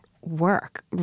work